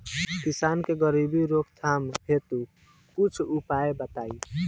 किसान के गरीबी रोकथाम हेतु कुछ उपाय बताई?